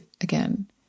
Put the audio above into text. again